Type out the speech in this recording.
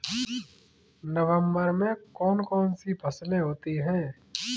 नवंबर में कौन कौन सी फसलें होती हैं?